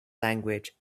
language